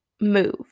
move